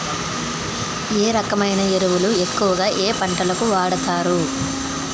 ఏ రకమైన ఎరువులు ఎక్కువుగా ఏ పంటలకు వాడతారు?